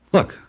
Look